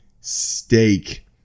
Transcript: steak